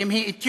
אם היא אתיופית